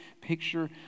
picture